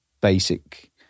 basic